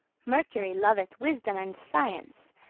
mercury loveth wisdom and science,